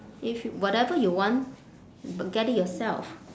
if whatever you want b~ get it yourself